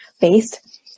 based